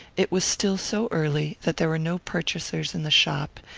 it was still so early that there were no purchasers in the shop,